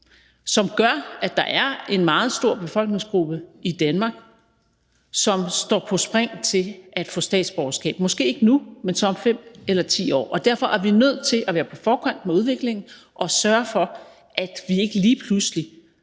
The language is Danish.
som gør, at der en meget stor befolkningsgruppe i Danmark, som står på spring til at få statsborgerskab, måske ikke nu, men så om 5 eller 10 år, og derfor er vi nødt til at være på forkant med udviklingen og sørge for, at vi ikke lige pludselig